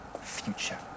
future